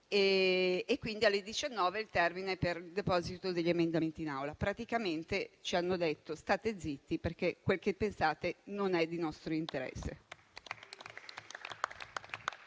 e quindi alle ore 19 il termine per il deposito degli emendamenti in Aula. Praticamente ci hanno detto: state zitti, perché quel che pensate non è di nostro interesse.